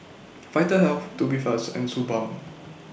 Vitahealth Tubifast and Suu Balm